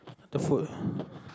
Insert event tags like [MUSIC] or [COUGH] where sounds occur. the food [BREATH]